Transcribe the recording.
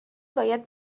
باید